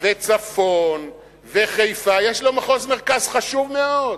וצפון וחיפה, יש לו מחוז מרכז חשוב מאוד.